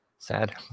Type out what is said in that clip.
Sad